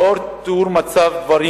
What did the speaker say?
לאור תיאור מצב הדברים,